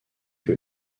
que